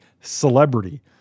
celebrity